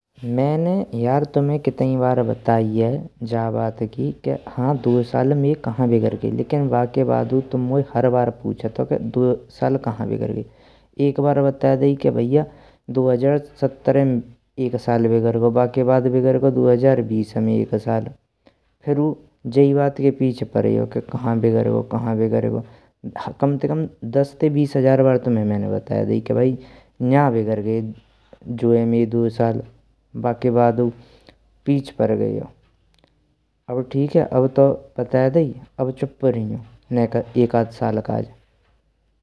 मैने यार तुमिय कितनी बार बताई है जा बात की के हाँ दोय साल मरे कान्हा बेगर गए लेकिन बाके बदउ तुम मोए हर बार पूछतो के सोए साल कान्हा बेगर गए। एक बार बताये दै के भैय दो हजार सत्रह में एक साल बिगड़गो, बाके बद दो हजार बीस में एक साल फिरेउ जै बात के पीछे परेोए के कान्हा बिगड़गो कान्हा बिगड़गो। कम ते कम दश ते बीस हजार बार तुम्हे मैने बताये दयो, के भाई न्यु बिगर गए जो है मेंये दोय साल बाके बदउ पीछे पर गए हो। अब ठीक है अब तो बताय दैी अब चुप रहियो एक आाद साल काज।